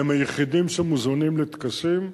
הם היחידים שמוזמנים לטקסים.